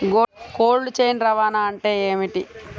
Cold chain రవాణా అంటే ఏమిటీ?